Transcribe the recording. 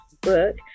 book